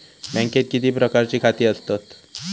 बँकेत किती प्रकारची खाती असतत?